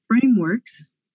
frameworks